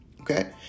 Okay